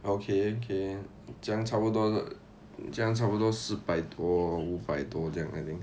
okay okay 这样差不多这样差不多四百多五百多这样 I think